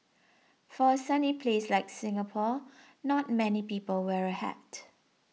for a sunny place like Singapore not many people wear a hat